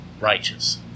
righteous